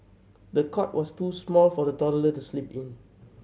the cot was too small for the toddler to sleep in